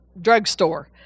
drugstore